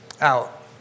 out